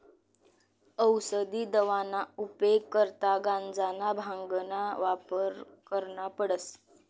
औसदी दवाना उपेग करता गांजाना, भांगना वापर करना पडस